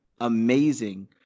amazing